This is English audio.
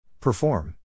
Perform